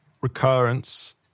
recurrence